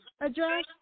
address